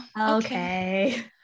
Okay